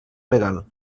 legal